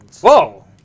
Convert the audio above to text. Whoa